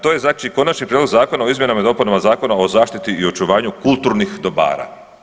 To je znači, Konačni prijedlog zakona o izmjenama i dopunama Zakona o zaštiti i očuvanju kulturnih dobara.